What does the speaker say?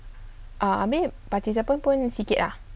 habis participants pun sikit ah